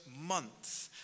month